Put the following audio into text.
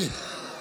מאוד יוקרתי.